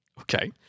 Okay